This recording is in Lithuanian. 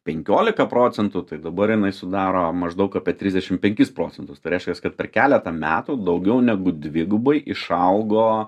penkiolika procentų tai dabar jinai sudaro maždaug apie trisdešim penkis procentus tai reiškias kad per keletą metų daugiau negu dvigubai išaugo